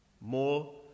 More